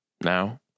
Now